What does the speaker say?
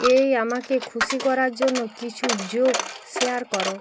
এই আমাকে খুশি করার জন্য কিছু জোক শেয়ার করো